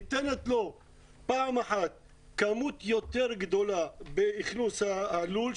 ניתנת לו פעם אחת כמות יותר גדולה לאכלוס הלול,